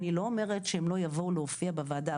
אני לא אומרת שהם לא יבואו להופיע בוועדה,